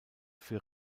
für